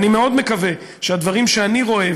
אני מאוד מקווה שהדברים שאני רואה,